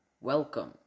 Welcome